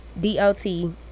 D-O-T